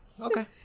okay